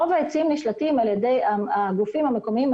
רוב העצים נשלטים על ידי הגופים המקומיים,